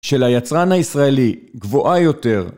של היצרן הישראלי גבוהה יותר